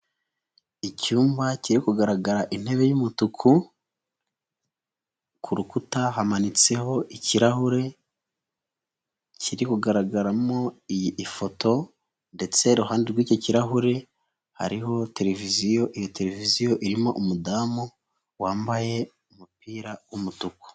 lcyumba kiri kugaragara intebe y'umutuku, ku rukuta hamanitseho ikirahure kiri kugaragaramo iyi ifoto ,ndetse iruhande rw'icyo kirahure hariho televiziyo, iyo televiziyo irimo umudamu wambaye umupira w'umutuku.